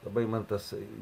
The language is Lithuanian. labai man tas